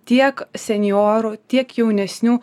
tiek senjorų tiek jaunesnių